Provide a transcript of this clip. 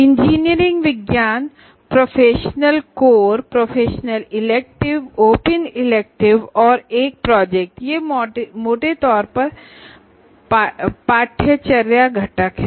engineering science professional core professional elective open elective और एक project ये मोटे तौर पर करिकलर कंपोनेंट हैं